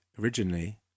originally